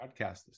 broadcasters